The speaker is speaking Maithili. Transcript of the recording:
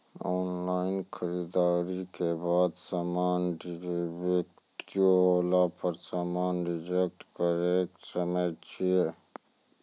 ऑनलाइन खरीददारी के बाद समान डिफेक्टिव होला पर समान रिटर्न्स करे सकय छियै?